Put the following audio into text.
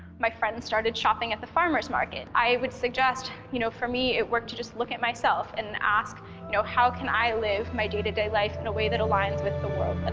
my friends started shopping at the farmer's market. i would suggest, you know, for me, it worked to just look at myself, and ask, you know, how can i live my day-to-day life in a way that aligns with the world and